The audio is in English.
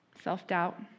Self-doubt